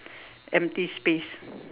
empty space